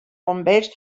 bombers